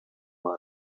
бар